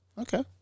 Okay